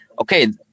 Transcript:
okay